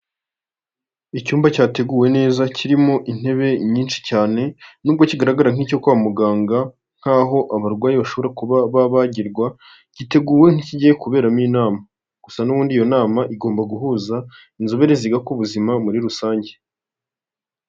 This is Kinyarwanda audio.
Icyumba cyateguwe neza kirimo intebe nyinshi cyane nubwo kigaragara nk'icyo kwa muganga nkaho abarwayi bashobora kuba babagirwa, giteguwe nkikigiye kuberamo inama, gusa n'ubundi iyo nama igomba guhuza inzobere ziga ku buzima muri rusange.